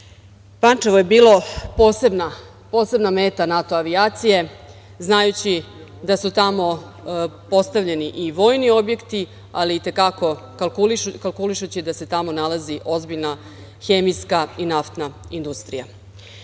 Pančevo je bilo posebna meta NATO avijacije, znajući da su tamo postavljeni i vojni objekti ali i te kako kalkulišući da se tamo nalazi ozbiljna hemijska i naftna industrija. Tokom